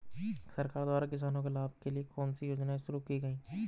सरकार द्वारा किसानों के लाभ के लिए कौन सी योजनाएँ शुरू की गईं?